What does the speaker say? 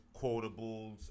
quotables